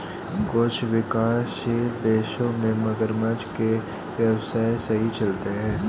कुछ विकासशील देशों में मगरमच्छ के व्यवसाय सही चलते हैं